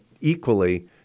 equally